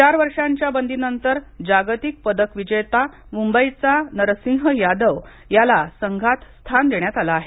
चार वर्षाच्या बंदीनंतर जागतिक पदक विजेता मुंबईचा नरसिंह यादव याला संघात स्थान देण्यात आलं आहे